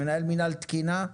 מנהל מינהל תקינה.